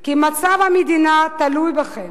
כי מצב המדינה תלוי בכם,